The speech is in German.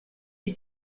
die